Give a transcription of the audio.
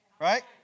Right